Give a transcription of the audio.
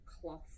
cloth